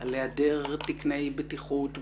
על היעדר תקני בטיחות בינלאומיים,